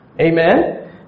Amen